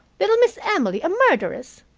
little miss emily a murderess.